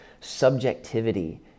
subjectivity